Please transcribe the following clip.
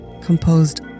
composed